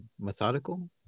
Methodical